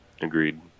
Agreed